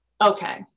Okay